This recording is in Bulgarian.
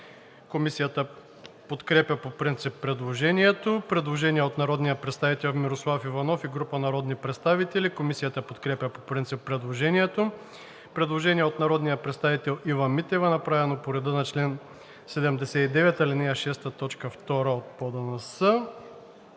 Комисията подкрепя по принцип предложението. Предложение от народния представител Мирослав Иванов и група народни представители. Комисията подкрепя по принцип предложението. Предложение от народния представител Ива Митева, направено по реда на чл. 79, ал. 6, т. 2 от